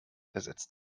ersetzt